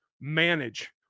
manage